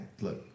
look